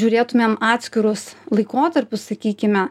žiūrėtumėm atskirus laikotarpius sakykime